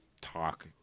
talk